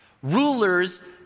Rulers